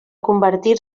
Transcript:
convertir